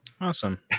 awesome